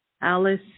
Alice